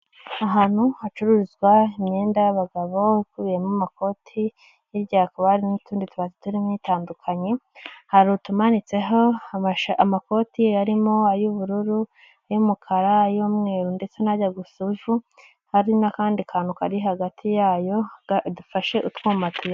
Ahantu hacururizwa imyenda y'abagabo ikubiyemo amakoti, hirya hakaba hari n'utundi tubati turimo itandukanye, hari utumanitseho amakoti arimo ay'ubururu, ay'umukara, ay'umweru ndetse n'ajya gusa ivu, hari n'akandi kantu kari hagati yayo gafashe utwuma.